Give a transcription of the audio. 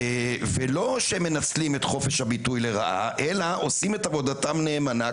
ולא שמנצלים את חופש הביטוי לרעה אלא עושים את עבודתם נאמנה.